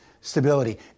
stability